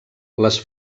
les